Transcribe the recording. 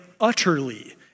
utterly